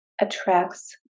attracts